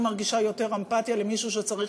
אני מרגישה יותר אמפתיה למישהו שצריך